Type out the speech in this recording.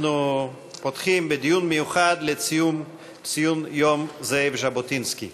אנחנו פותחים בדיון מיוחד לציון יום זאב ז'בוטינסקי.